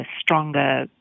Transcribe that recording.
stronger